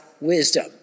wisdom